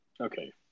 Okay